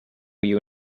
your